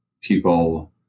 people